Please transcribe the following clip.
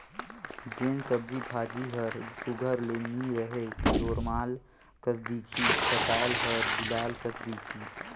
जेन सब्जी भाजी हर सुग्घर ले नी रही लोरमाल कस दिखही पताल हर गिलाल कस दिखही